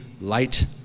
light